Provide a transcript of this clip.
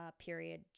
period